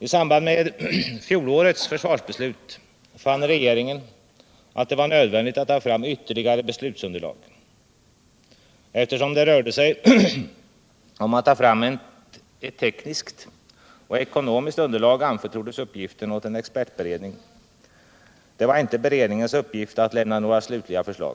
: I samband med fjolårets försvarsbeslut fann regeringen att det var nödvändigt att ta fram ytterligare beslutsunderlag. Eftersom det rörde sig om att ta fram ett tekniskt och ekonomiskt undertag anförtroddes uppgiften åt en expertberedning. Det var inte beredningens uppgift att lämna några slutliga förslag.